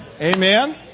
Amen